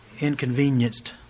inconvenienced